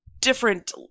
different